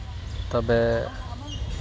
ᱛᱚᱵᱮ